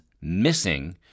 missing